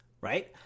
Right